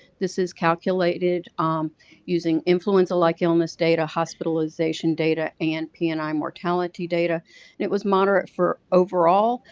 this is calculated um using influenza-like illness data, hospitalization data, and p and i mortality data, and it was moderate for overall,